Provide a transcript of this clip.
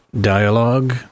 Dialogue